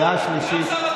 קריאה שנייה.